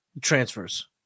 transfers